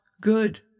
good